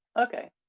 Okay